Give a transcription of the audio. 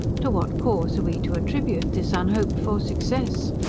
to what cause are we to attribute this unhoped for success?